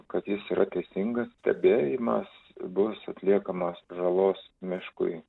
kad jis yra teisingas stebėjimas bus atliekamas žalos miškui